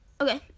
Okay